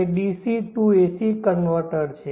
તે DC to AC converter છે